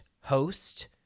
host